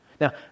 Now